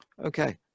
Okay